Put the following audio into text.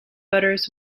butters